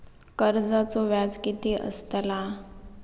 कर्जाचो व्याज कीती असताला?